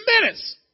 minutes